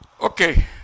Okay